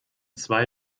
zwei